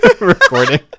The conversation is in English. recording